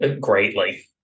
Greatly